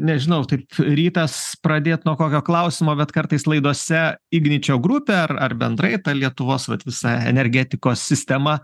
nežinau taip rytas pradėt nuo kokio klausimo bet kartais laidose igničio grupė ar ar bendrai ta lietuvos vat visa energetikos sistema